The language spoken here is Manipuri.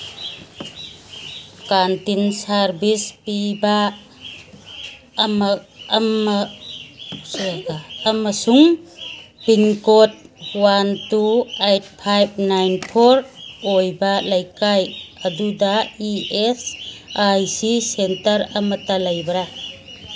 ꯀꯥꯟꯇꯤꯟ ꯁꯥꯔꯚꯤꯁ ꯄꯤꯕ ꯑꯃꯁꯨꯡ pin code one two eight five nine four ꯑꯣꯏꯕ ꯂꯩꯀꯥꯏ ꯑꯗꯨꯗ E S I C centre ꯑꯃꯇ ꯂꯩꯕ꯭ꯔꯥ